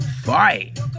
fight